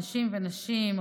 אנשים ונשים,